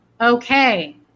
Okay